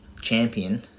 champion